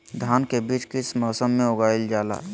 धान के बीज किस मौसम में उगाईल जाला?